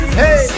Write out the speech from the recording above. hey